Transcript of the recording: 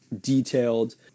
detailed